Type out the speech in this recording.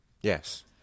Yes